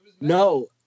No